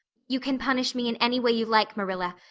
you can punish me in any way you like, marilla.